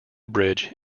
bridge